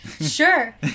Sure